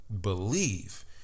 believe